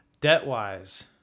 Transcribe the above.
Debt-wise